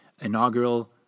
inaugural